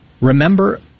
Remember